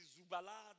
Zubala